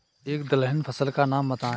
एक दलहन फसल का नाम बताइये